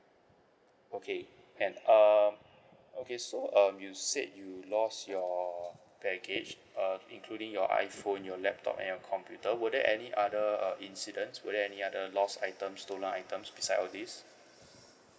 okay can um okay so um you said you lost your baggage um including your iphone your laptop and your computer were there any other uh incidents were there any other lost items stolen items besides all these